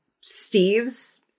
Steve's